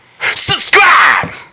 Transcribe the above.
Subscribe